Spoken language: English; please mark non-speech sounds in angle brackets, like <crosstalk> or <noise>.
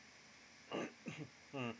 <coughs> mm